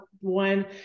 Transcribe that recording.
one